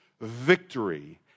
victory